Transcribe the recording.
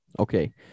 Okay